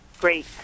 Great